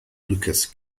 lucas